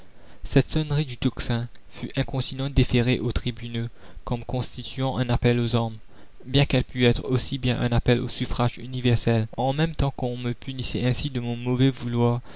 cette sonnerie du tocsin fut incontinent déférée aux tribunaux comme constituant un appel aux armes bien qu'elle pût être aussi bien un appel au suffrage universel en même temps qu'on me punissait ainsi de mon mauvais vouloir